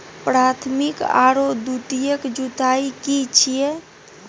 प्राथमिक आरो द्वितीयक जुताई की छिये?